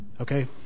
Okay